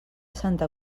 santa